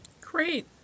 Great